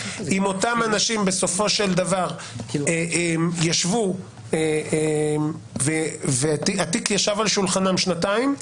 אם אותם אנשים בסופו של דבר ישבו והתיק ישב על שולחנם שנתיים,